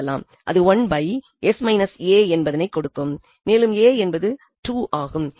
அது என்பதனை கொடுக்கும் மேலும் a என்பது 2 ஆகும்